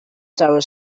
tower